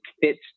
fits